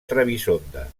trebisonda